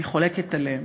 אני חולקת עליהם.